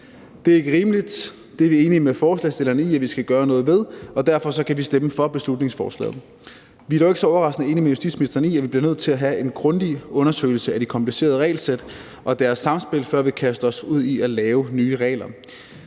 Det er ikke rimeligt; det er vi enige med forslagsstillerne i at vi skal gøre noget ved. Derfor kan vi stemme for beslutningsforslaget. Vi er dog ikke så overraskende enige med justitsministeren i, at vi bliver nødt til at have en grundig undersøgelse af de komplicerede regelsæt og deres samspil, før vi kaster os ud i at lave nye regler.